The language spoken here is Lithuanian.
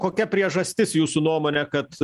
kokia priežastis jūsų nuomone kad